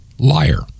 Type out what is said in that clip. liar